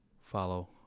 follow